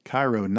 Cairo